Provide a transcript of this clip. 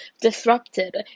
disrupted